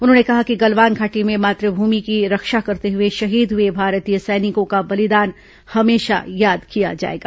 उन्होंने कहा कि गलवान घाटी में मातृभूमि की रक्षा करते हुए शहीद हुए भारतीय सैनिकों का बलिदान हमेशा याद किया जाएगा